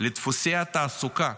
לדפוסי התעסוקה